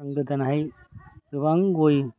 आं गोदानयै गोबां गय